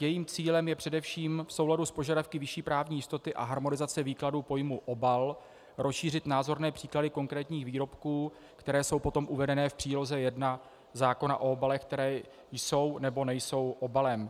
Jejím cílem je především v souladu s požadavky vyšší právní jistoty a harmonizace výkladu pojmu obal rozšířit názorné příklady konkrétních výrobků, které jsou potom uvedeny v příloze 1 zákona o obalech, které jsou, nebo nejsou obalem.